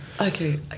Okay